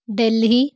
Delhi